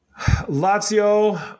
Lazio